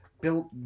built